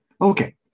Okay